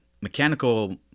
mechanical